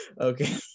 okay